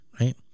right